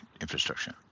infrastructure